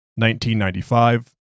1995